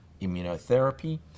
immunotherapy